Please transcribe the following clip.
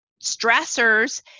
stressors